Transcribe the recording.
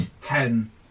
ten